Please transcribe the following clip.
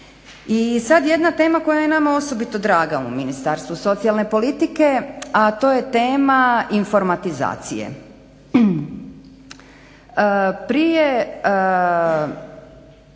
I sad jedna tema koja je nama osobito draga u Ministarstvu socijalne politike, a to je tema informatizacije. Prije,